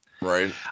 Right